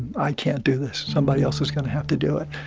i can't do this. somebody else is going to have to do it